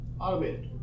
automated